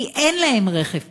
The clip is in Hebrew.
כי אין להם רכב פרטי.